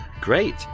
Great